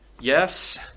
Yes